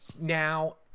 Now